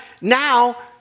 Now